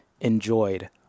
enjoyed